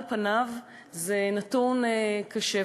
על פניו זה נתון קשה,